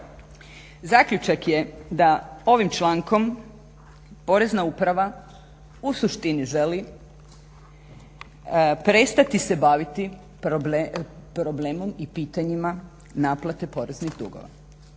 Zaključak je da ovim člankom Porezna uprava u suštini želi prestati se baviti problemom i pitanjima naplate poreznih dugova.